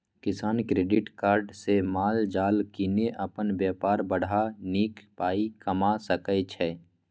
किसान credit card सँ माल जाल कीनि अपन बेपार बढ़ा नीक पाइ कमा सकै छै